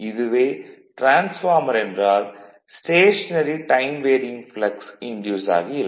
இதுவே டிரான்ஸ்பார்மர் என்றால் stationary time varying flux induce ஆகியிருக்கும்